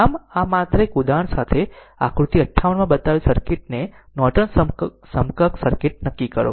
આમ આ માત્ર એક ઉદાહરણ સાથે આકૃતિ 58 માં બતાવેલ સર્કિટને નોર્ટન સમકક્ષ સર્કિટ નક્કી કરો